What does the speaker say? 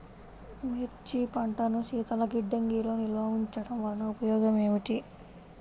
మిర్చి పంటను శీతల గిడ్డంగిలో నిల్వ ఉంచటం వలన ఉపయోగం ఏమిటి?